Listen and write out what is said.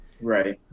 Right